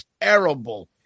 terrible